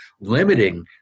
limiting